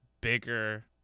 bigger